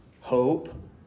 Hope